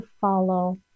follow